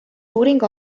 uuringu